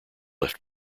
left